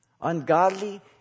Ungodly